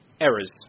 errors